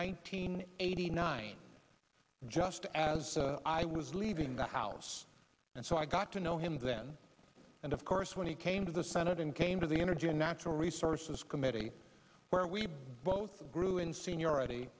nineteen eighty nine just as i was leaving the house and so i got to know him then and of course when he came to the senate and came to the energy and natural resources committee where we both grew in seniority